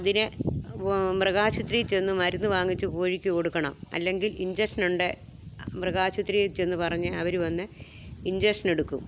അതിന് മൃഗാശുപത്രിയില് ചെന്ന് മരുന്ന് വാങ്ങിച്ച് കോഴിക്ക് കൊടുക്കണം അല്ലെങ്കിൽ ഇൻജക്ഷനുണ്ട് മൃഗാശുപത്രിയില് ചെന്ന് പറഞ്ഞാല് അവര് വന്ന് ഇൻജക്ഷനെടുക്കും